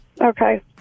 Okay